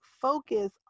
focus